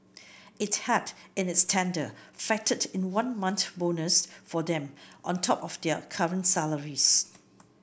it had in its tender factored in a one month bonus for them on top of their current salaries